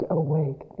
awake